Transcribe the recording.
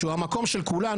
שהוא המקום של כולנו,